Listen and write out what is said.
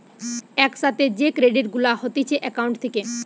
এক সাথে যে ক্রেডিট গুলা হতিছে একাউন্ট থেকে